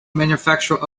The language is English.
manufacturer